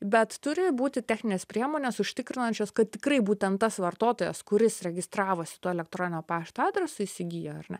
bet turi būti techninės priemonės užtikrinančios kad tikrai būtent tas vartotojas kuris registravosi tuo elektroninio pašto adresu įsigijo ar ne